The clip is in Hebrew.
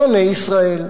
שונאי ישראל.